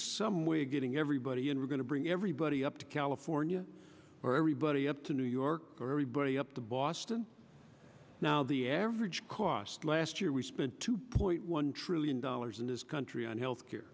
some way of getting everybody and we're going to bring everybody up to california or everybody up to new york or everybody up to boston now the average cost last year we spent two point one trillion dollars in this country on health care